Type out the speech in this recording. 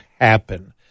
happen